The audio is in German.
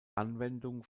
anwendung